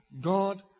God